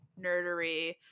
nerdery